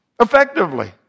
Effectively